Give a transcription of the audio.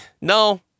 no